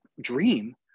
dream